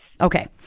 Okay